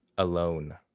Alone